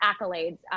accolades